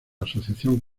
asociación